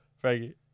Frankie